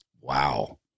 Wow